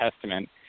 Testament